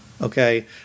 Okay